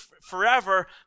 forever